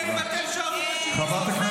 אם אתם תישארו בשלטון,